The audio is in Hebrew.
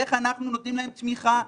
איך אנחנו נותנים להם תמיכה,